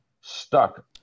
stuck